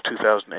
2008